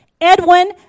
Edwin